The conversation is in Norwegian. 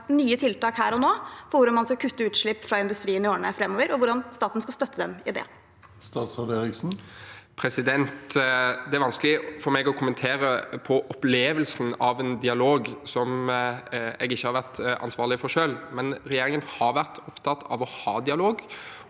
nye tiltak her og nå for hvordan man skal kutte utslipp fra industrien i årene framover, og hvordan staten skal støtte dem i det. Statsråd Andreas Bjelland Eriksen Det er vanskelig for meg å kommentere på opplevelsen av en dialog som jeg ikke har vært ansvarlig for selv, men regjeringen har vært opptatt av å ha dialog.